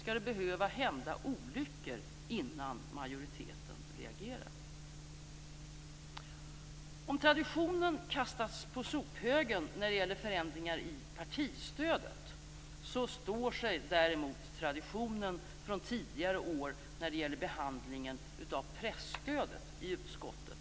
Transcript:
Skall det behöva hända olyckor innan majoriteten reagerar? Om traditionen kastats på sophögen när det gäller förändringar i partistödet, står sig däremot traditionen från tidigare år när det gäller behandlingen av pressstödet i utskottet.